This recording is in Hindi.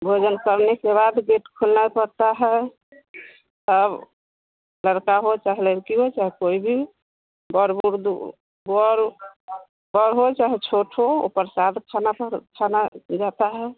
भोजन करने के बाद गेट खोलना पड़ता है सब लड़का हो चाहे लड़की हो चाहे कोई भी बर बुर दु वर बड़ हो चाहे छोटा हो ओ प्रसाद खाना खाना जाता है